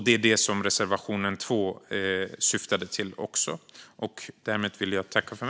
Det är detta som reservation 2 handlar om.